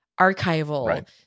archival